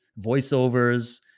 voiceovers